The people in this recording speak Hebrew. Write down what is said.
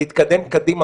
להתקדם קדימה,